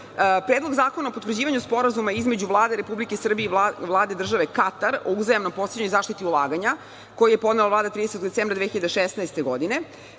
zakona o potvrđivanju Sporazuma između Vlade Republike Srbije i Vlade države Katar o uzajamnom podsticanju i zaštiti ulaganja koji je podnela Vlada 30. decembra 2016. godine.